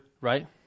Right